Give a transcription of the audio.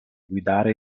guidare